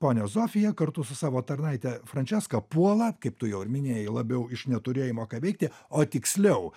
ponia zofija kartu su savo tarnaite frančeska puola kaip tu jau minėjai labiau iš neturėjimo ką veikti o tiksliau